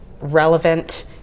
relevant